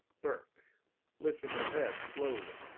burke lifting his head slowly